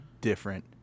different